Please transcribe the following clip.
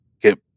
get